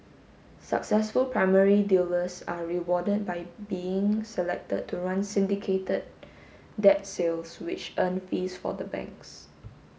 successful primary dealers are rewarded by being selected to run syndicated debt sales which earn fees for the banks